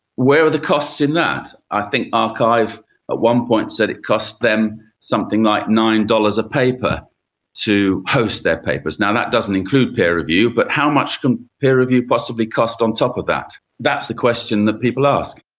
where are the costs in that? i think arxiv at ah kind of one point said it cost them something like nine dollars a paper to host their papers. now, that doesn't include peer review, but how much can peer review possibly cost on top of that? that's the question that people ask.